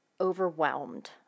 overwhelmed